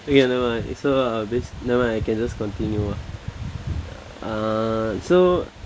ya never mind so uh bas~ never mind I can just continue ah uh so